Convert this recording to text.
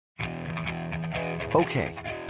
Okay